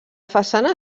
façana